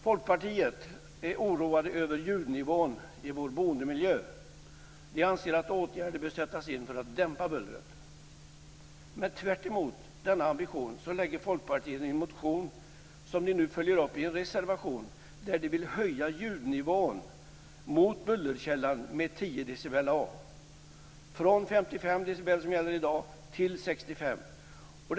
Folkpartiet är oroat över ljudnivån i vår boendemiljö. Man anser att åtgärder bör vidtas för att dämpa bullret. Men tvärtemot denna ambition väcker Folkpartiet en motion som man nu följer upp i en reservation enligt vilken man vill höja ljudnivån mot bullerkällan med 10 dB, från 55 dB till 65 dB.